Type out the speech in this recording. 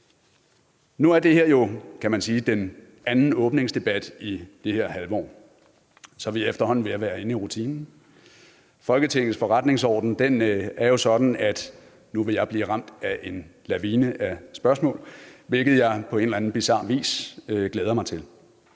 Nu er det her jo, kan man sige, den anden åbningsdebat i det her halvår, så vi er efterhånden ved at være inde i rutinen. Folketingets forretningsorden er jo sådan, at nu vil jeg blive ramt af en lavine af spørgsmål, hvilket jeg på en eller anden bizar vis glæder mig til,